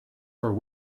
for